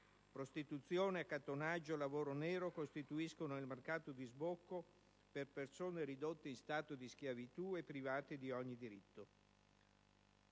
Prostituzione, accattonaggio, lavoro nero costituiscono il mercato di sbocco per persone ridotte in stato di schiavitù e private di ogni diritto.